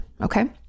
Okay